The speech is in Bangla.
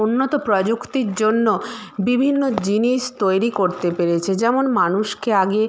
উন্নত প্রযুক্তির জন্য বিভিন্ন জিনিস তৈরি করতে পেরেছে যেমন মানুষকে আগে